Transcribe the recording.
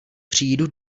přijdu